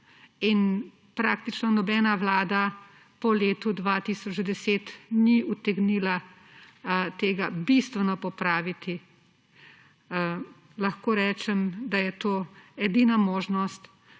in praktično nobena vlada po letu 2010 ni utegnila tega bistveno popraviti, lahko rečem, da je to edina možnost,